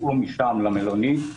ייסעו משם למלונית,